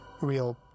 real